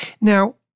Now